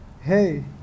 hey